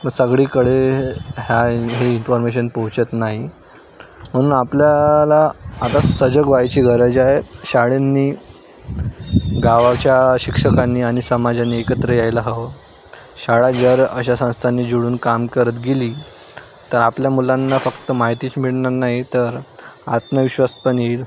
मग सगळीकडे ह्या हे इन्फॉर्मेशन पोहचत नाही म्हणून आपल्याला आता सजग व्हायची गरज आहे शाळेंनी गावाच्या शिक्षकांनी आणि समाजांनी एकत्र यायला हवं शाळा जर अशा संस्थांनी जोडून काम करत गेली तर आपल्या मुलांना फक्त माहितीच मिळणार नाही तर आत्मविश्वास पण येईल